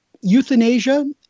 euthanasia